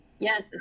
Yes